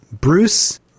Bruce